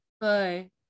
Bye